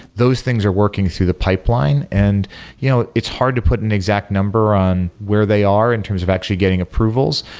those things are working through the pipeline. and you know it's hard to put an exact number on where they are in terms of actually getting approvals,